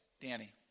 Danny